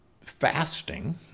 fasting